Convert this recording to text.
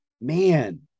Man